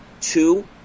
two